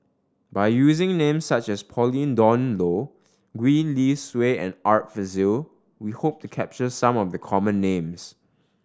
by using names such as Pauline Dawn Loh Gwee Li Sui and Art Fazil we hope to capture some of the common names